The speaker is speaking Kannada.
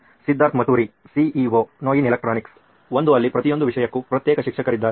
ಸಿದ್ಧಾರ್ಥ್ ಮತುರಿ ಸಿಇಒ ನೋಯಿನ್ ಎಲೆಕ್ಟ್ರಾನಿಕ್ಸ್ ಒಂದು ಅಲ್ಲಿ ಪ್ರತಿಯೊಂದು ವಿಷಯಕ್ಕೂ ಪ್ರತ್ಯೇಕ ಶಿಕ್ಷಕರಿದ್ದಾರೆ